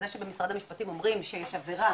וזה שבמשרד המשפטים אומרים שיש עבירה